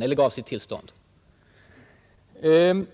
I telegrammet hette det: